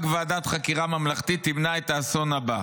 ועדת חקירה ממלכתית תמנע את האסון הבא.